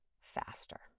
faster